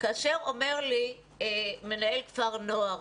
כאשר אומר לי מנהל כפר נוער,